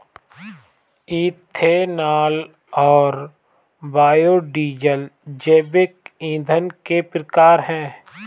ethanol और biodiesel जैविक ईंधन के प्रकार है